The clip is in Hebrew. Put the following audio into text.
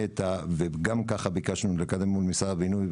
וגם ככה ביקשנו לקדם מול משרד הבינוי,